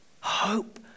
Hope